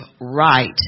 right